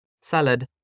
Salad